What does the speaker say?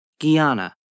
Guyana